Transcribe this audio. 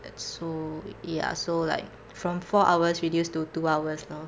so ya so like from four hours reduce to two hours lor